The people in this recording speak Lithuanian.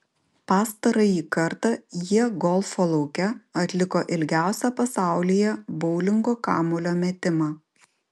pastarąjį kartą jie golfo lauke atliko ilgiausią pasaulyje boulingo kamuolio metimą